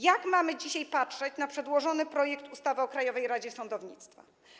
Jak mamy dzisiaj patrzeć na przedłożony projekt ustawy o Krajowej Radzie Sądownictwa?